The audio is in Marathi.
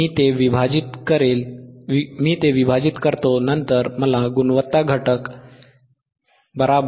मी ते विभाजित 60400 करतो नंतर मला गुणवत्ता घटक 0